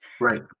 right